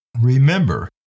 Remember